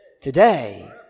today